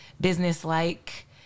business-like